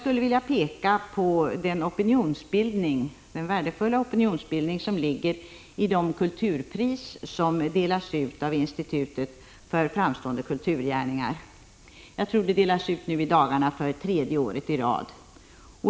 Låt mig peka på den värdefulla opinionsbildning som ligger i de kulturpris som delas ut av institutet för framstående kulturgärningar. Jag tror att det i dagarna delas ut för tredje året i följd.